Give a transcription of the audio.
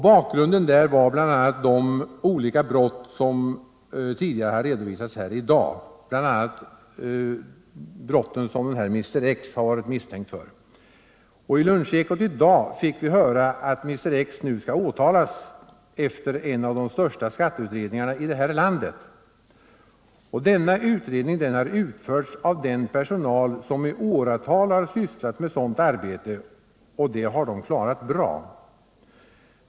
Bakgrunden var de olika brott som tidigare redovisats här i dag, bl.a. de brott som Mr X varit misstänkt för. I lunchekot i dag fick vi höra att Mr X nu skall åtalas efter en av de största skatteutred Nr 118 ningarna i det här landet. Den utredningen har utförts av den personal som i Torsdagen den åratal sysslat med sådant arbete, och det har de klarat bra.